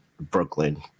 Brooklyn